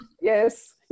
yes